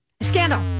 Scandal